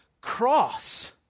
cross